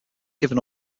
given